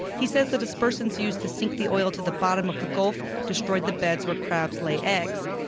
he says the dispersants used to sink the oil to the bottom of the gulf destroyed the beds where crabs lay eggs.